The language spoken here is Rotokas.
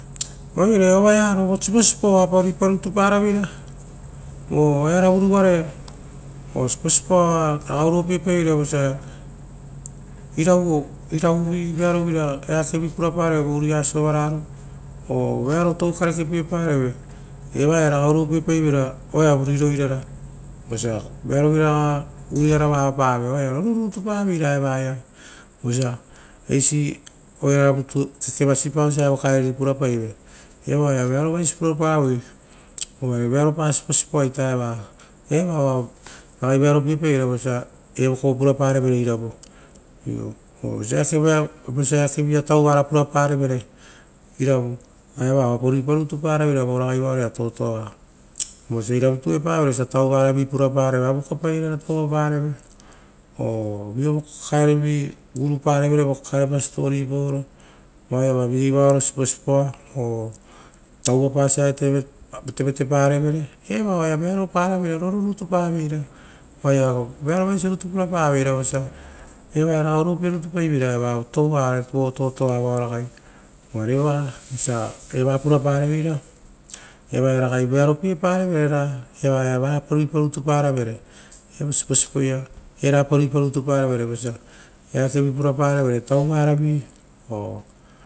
Oire ovaaro vosiposipo oapa ruipa rutu paraveira oearovu ruvarai osiposipoa ragai oruopiepaivera vosia iravu eakevi purapareve o u riia sovararo oo vearo tou karekepie pareve ragai oruopiepaivere oeavu rioirara vosia vearo vira raga oruiarava avapave, oaia roru rutu pavera evaia vosia eisi oearuvu kekevasipa osia evo kaerio purapaivee. Evaia vearovaisi purapavoi oaia vearopa siposipoa eva eva oaia ragai vearopepaiveira vosia eva kov puraparevere iravu, iu oo vosia eake kovo ruia tauvara puraparevere irauu uia eva oapa ruipa rutu paraveira ragaivaroia totoa vosia erava taepavere osia touvaravi pura pareve, avaka pairara touvapareve oo viovoko kakae rovi guruparevere vo eapa siposipopaoro vaoiava vigei varo siposipoa or raurap ra vaterateparevere. eva saia vearo paravera roru rutu paveira oaia vearova isi rutu purapavera vosia eva ia ragai oruopie rutu paivera evaia tota vao ragai. Uva re vosia eva purapareveira ra evaia ragai vearo pie rutu paivere eva ia rapa rui parituparavere evosiposipo rutu ia erapa ruipa paravere vosia eakevi puraparevere. Vana tauvaravi.